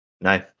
No